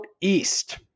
East